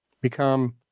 become